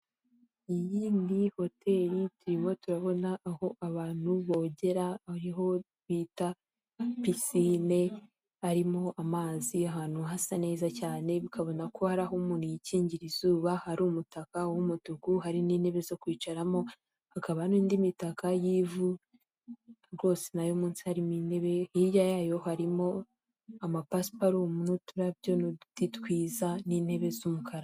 Iyi ni hoteli, turimo turabona aho abantu bogera, ariho bita pisine, harimo amazi, ahantu hasa neza cyane, bikabona ko hari aho umuntu yikingira izuba, hari umutaka w'umutuku, hari n'intebe zo kwicaramo, hakaba n'indi mitako y'ivu, rwose na yo munsi harimo intebe, hirya yayo harimo amapasiparumu, n'uturabyo, n'uduti twiza, n'intebe z'umukara.